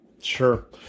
sure